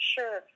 Sure